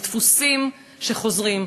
זה דפוסים שחוזרים,